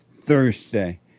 Thursday